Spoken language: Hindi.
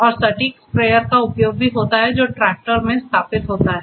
और सटीक स्प्रेयर का उपयोग भी होता है जो ट्रैक्टर में स्थापित होता है